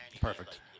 Perfect